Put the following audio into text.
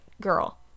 girl